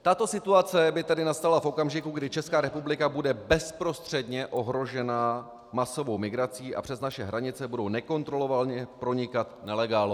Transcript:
Tato situace by tedy nastala v okamžiku, kdy ČR bude bezprostředně ohrožena masovou migrací a přes naše hranice budou nekontrolovaně pronikat nelegálové.